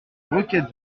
roquette